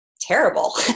terrible